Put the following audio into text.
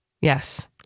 Yes